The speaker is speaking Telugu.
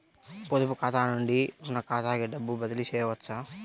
పొదుపు ఖాతా నుండీ, రుణ ఖాతాకి డబ్బు బదిలీ చేయవచ్చా?